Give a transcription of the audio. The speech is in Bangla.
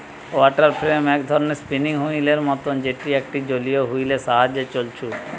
ওয়াটার ফ্রেম এক ধরণের স্পিনিং ওহীল এর মতন যেটি একটা জলীয় ওহীল এর সাহায্যে ছলছু